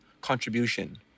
contribution